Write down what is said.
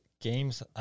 games